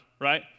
right